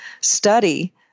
study